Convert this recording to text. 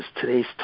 today's